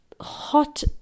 hot